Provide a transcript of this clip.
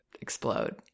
explode